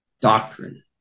doctrine